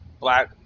black